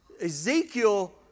Ezekiel